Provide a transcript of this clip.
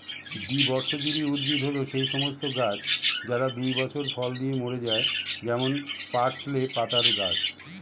দ্বিবর্ষজীবী উদ্ভিদ হল সেই সমস্ত গাছ যারা দুই বছর ফল দিয়ে মরে যায় যেমন পার্সলে পাতার গাছ